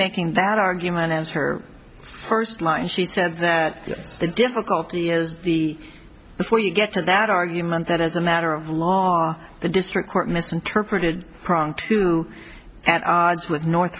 making that argument as her first line she said that the difficulty is the where you get to that argument that as a matter of law the district court misinterpreted prone to at odds with north